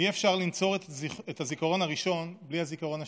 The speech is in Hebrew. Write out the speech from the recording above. אי-אפשר לנצור את הזיכרון הראשון בלי הזיכרון השני,